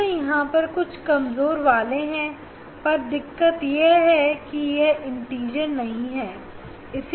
फिर से यहां पर कुछ कमजोर वाले हैं पर दिक्कत यह है कि यह इंटीजर नहीं है